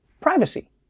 Privacy